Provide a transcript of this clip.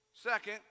Second